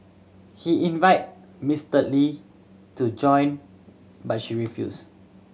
he invited Mister Lee to join but she refused